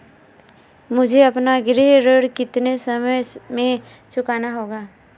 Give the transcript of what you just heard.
मुझे अपना गृह ऋण कितने समय में चुकाना होगा?